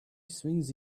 swings